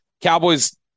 Cowboys